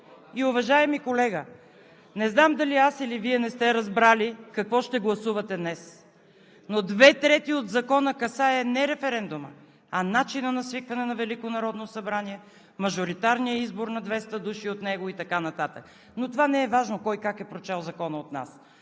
Уважаеми колега, не знам дали аз, или Вие не сте разбрали какво ще гласувате днес. Две трети от Закона касае не референдума, а начина на свикване на Велико народно събрание, мажоритарния избор на двеста души от него и така нататък. Но това не е важно – кой как е прочел Закона от нас.